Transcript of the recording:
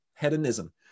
hedonism